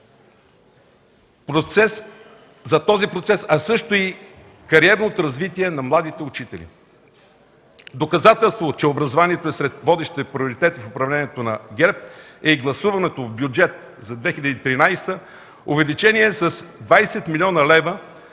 процес, а също и кариерното развитие на младите учители. Доказателство, че образованието е сред водещите приоритети в управлението на ГЕРБ, е и гласуваното в Бюджет 2013 г. увеличение с 20 млн. лв.